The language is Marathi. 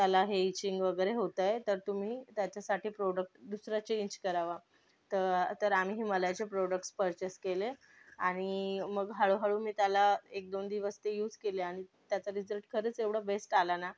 त्याला हे इचिंग वगैरे होत आहे तर तुम्ही त्याच्यासाठी प्रॉडक्ट दुसरे चेंज करावा तर तर आम्ही हिमालयाचे प्रोडक्टस पर्चेस केले आणि मग हळूहळू मी त्याला एक दोन दिवस ते युज केले आणि त्याचा रिझल्ट खरंच एवढा बेस्ट आला ना